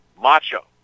Macho